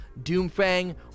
Doomfang